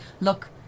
look